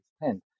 extent